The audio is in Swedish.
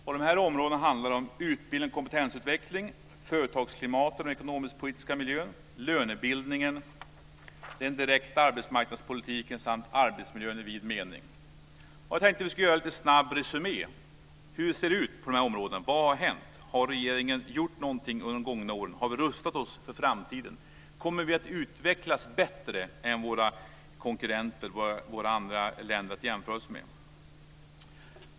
Dessa områden är: Utbildning och kompetensutveckling, företagsklimatet och den ekonomisk-politiska miljön, lönebildningen, den direkta arbetsmarknadspolitiken samt arbetsmiljön i vid mening. Jag tänkte att jag skulle göra en liten snabb summering av hur det ser ut på de här områdena. Vad har hänt? Har regeringen gjort något under de gångna åren? Har vi rustat oss för framtiden? Kommer vi att utvecklas bättre än våra konkurrenter, de länder vi jämför oss med?